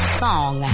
song